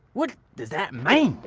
what does that mean?